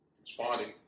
responding